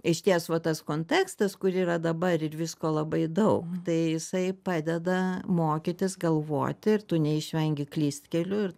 išties va tas kontekstas kur yra dabar ir visko labai daug tai jisai padeda mokytis galvoti ir tu neišvengi klystkelių ir